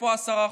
איפה ה-10 האלה?